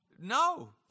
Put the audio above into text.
No